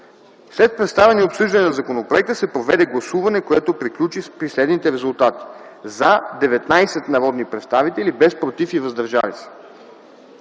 След представяне и обсъждане на законопроекта се проведе гласуване, което приключи при следните резултати: „за” – 19 народни представители, без „против” и „въздържали